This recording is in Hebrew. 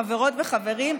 חברות וחברים,